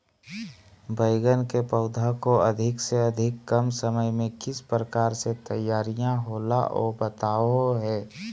बैगन के पौधा को अधिक से अधिक कम समय में किस प्रकार से तैयारियां होला औ बताबो है?